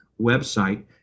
website